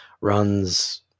runs